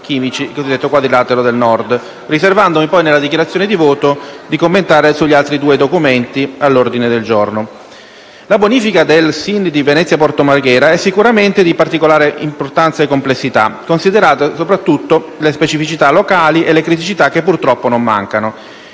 La bonifica del SIN di Venezia-Porto Marghera è sicuramente di particolare importanza e complessità, considerate soprattutto le specificità locali e le criticità che purtroppo non mancano.